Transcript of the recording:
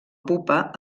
pupa